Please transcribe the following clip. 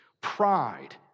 Pride